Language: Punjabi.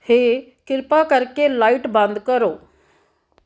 ਹੇ ਕਿਰਪਾ ਕਰਕੇ ਲਾਈਟ ਬੰਦ ਕਰੋ